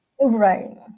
Right